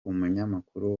umunyamakuru